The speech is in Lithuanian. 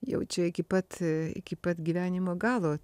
jaučia iki pat iki pat gyvenimo galo